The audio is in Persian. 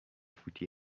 فوتی